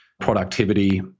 productivity